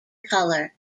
colour